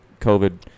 COVID